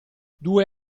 due